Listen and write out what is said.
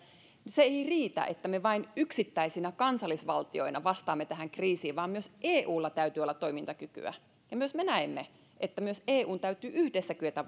se ei riitä että me vain yksittäisinä kansallisvaltioina vastaamme tähän kriisiin vaan myös eulla täytyy olla toimintakykyä myös me näemme että myös eun täytyy yhdessä kyetä